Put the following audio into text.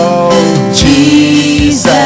Jesus